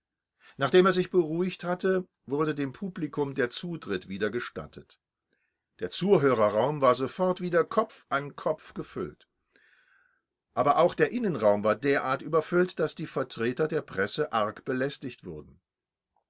nachdem er sich beruhigt hatte wurde dem publikum der zutritt wieder gestattet der zuhörerraum war sofort wieder kopf an kopf gefüllt aber auch der innenraum war derartig überfüllt daß die vertreter der presse arg belästigt wurden